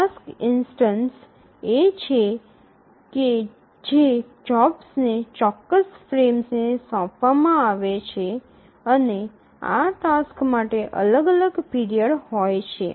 task instance એ છે કે જે જોબ્સને ચોક્કસ ફ્રેમ્સને સોંપવામાં આવે છે અને આ ટાસક્સ માટે અલગ અલગ પીરિયડ હોય છે